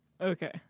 Okay